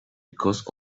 because